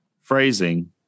phrasing